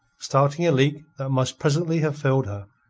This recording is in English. starting a leak that must presently have filled her,